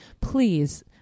please